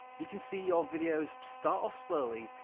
you can see your videos start off slowly,